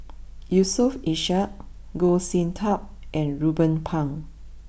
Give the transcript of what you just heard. Yusof Ishak Goh Sin Tub and Ruben Pang